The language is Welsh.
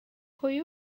pwy